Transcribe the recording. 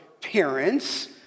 parents